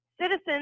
Citizens